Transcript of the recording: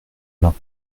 mains